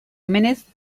omenez